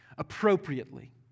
appropriately